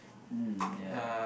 mm ya